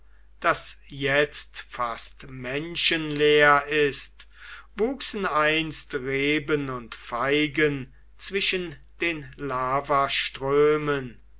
das jetzt fast menschenleer ist wuchsen einst reben und feigen zwischen den lavaströmen